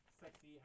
sexy